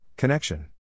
Connection